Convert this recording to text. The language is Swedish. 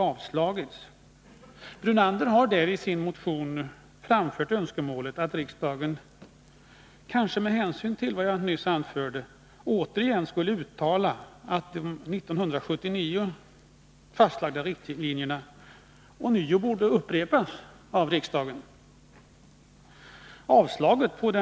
Lennart Brunander har i motionen framfört önskemålet att riksdagen skulle uttala att de 1979 fastlagda riktlinjerna angående användningsområdet skulle ligga fast.